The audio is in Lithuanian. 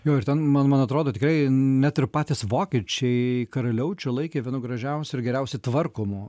jo ir ten man man atrodo tikrai net ir patys vokiečiai karaliaučių laikė vienu gražiausių ir geriausiai tvarkomų